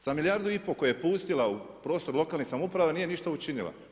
Sa milijardu i pol koje je pustila u prostornih lokalnih samouprava nije ništa učinila.